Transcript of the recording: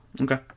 Okay